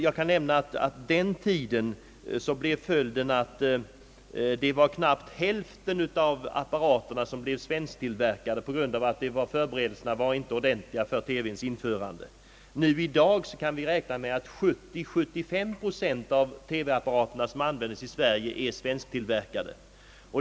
Jag kan nämna att följden av vår bristande beredskap blev att knappt hälften av de apparater som till en början såldes var svensktillverkade. I dag är cirka 70—75 procent av de TV apparater som används i Sverige svensktillverkade.